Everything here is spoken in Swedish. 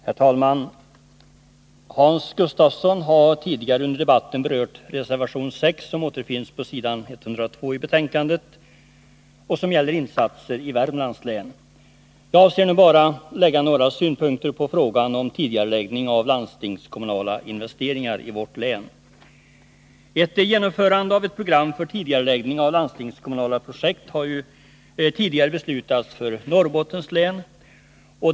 Herr talman! Hans Gustafsson har tidigare under debatten berört reservation 6, som återfinns på s. 102 i betänkandet och som gäller insatser i Värmlands län. Jag avser nu bara att anföra några synpunkter på frågan om tidigareläggning av landstingskommunala investeringar i vårt län. Ett genomförande av ett program för tidigareläggning av landstingskommunala projekt har tidigare beslutats för Norrbottens län.